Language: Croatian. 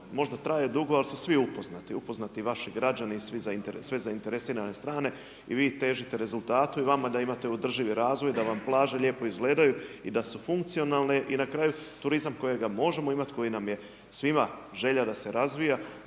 možda traje dugo, ali su svi upoznati. Upoznati i vaši građani i sve zainteresirane strane i vi težite rezultatu i vama da imate održivi razvoj, da vam plaže lijepo izgledaju i da su funkcionalne. I na kraju turizam kojega možemo imati, koji nam je svima želja da se razvija